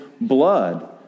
blood